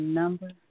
number